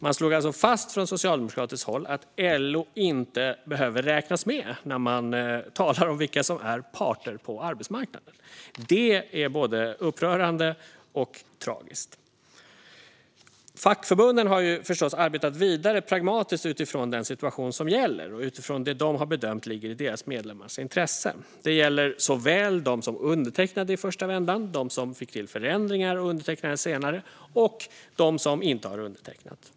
Man slog alltså fast från socialdemokratiskt håll att LO inte behöver räknas med när det talas om vilka som är parter på arbetsmarknaden. Det är både upprörande och tragiskt. Fackförbunden har förstås arbetat vidare pragmatiskt utifrån den situation som gäller och utifrån det de har bedömt ligger i deras medlemmars intresse. Det gäller både dem som undertecknade i första vändan, dem som fick till förändringar och undertecknade senare och dem som inte har undertecknat.